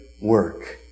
work